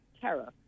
terror